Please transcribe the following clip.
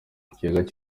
ikijyega